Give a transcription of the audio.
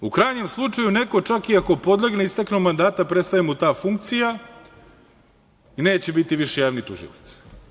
U krajnjem slučaju, ako neko čak i podlegne istekom mandata prestaje mu ta funkcija, neće biti više javni tužilac.